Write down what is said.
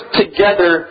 together